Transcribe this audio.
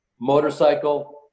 motorcycle